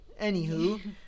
Anywho